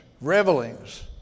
Revelings